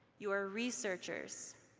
you are researchers,